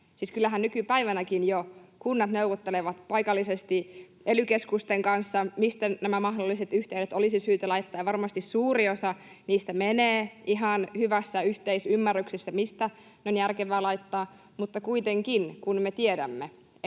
kyllähän jo nykypäivänäkin kunnat neuvottelevat paikallisesti ely-keskusten kanssa, mistä nämä mahdolliset yhteydet olisi syytä laittaa, ja varmasti suuri osa niistä menee ihan hyvässä yhteisymmärryksessä, mistä on järkevää laittaa. Mutta kuitenkin kun me tiedämme,